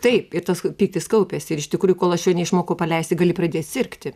taip ir tas pyktis kaupėsi ir iš tikrųjų kol aš jo neišmokau paleisti gali pradėt sirgti